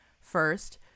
First